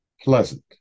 pleasant